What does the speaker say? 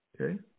Okay